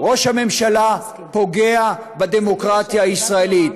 ראש הממשלה פוגע בדמוקרטיה הישראלית.